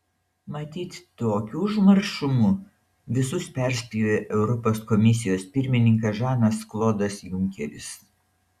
matyt tokiu užmaršumu visus perspjovė europos komisijos pirmininkas žanas klodas junkeris